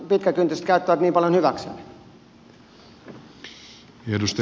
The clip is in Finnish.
arvoisa herra puhemies